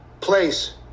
place